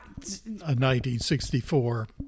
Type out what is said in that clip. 1964